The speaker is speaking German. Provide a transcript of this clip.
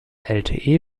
lte